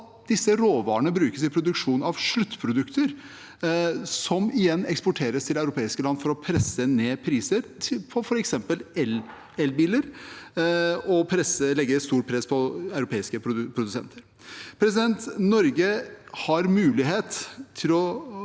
at disse råvarene brukes i produksjonen av sluttprodukter, som igjen eksporteres til europeiske land for å presse ned prisen på f.eks. elbiler og legge et stort press på europeiske produsenter. Norge har mulighet til å